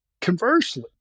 Conversely